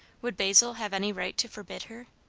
would basil have any right to forbid her?